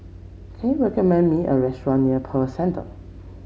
can you recommend me a restaurant near Pearl Centre